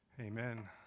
Amen